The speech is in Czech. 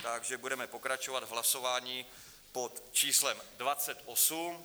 Takže budeme pokračovat v hlasování pod číslem dvacet osm.